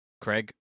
Craig